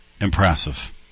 impressive